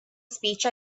speech